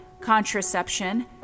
contraception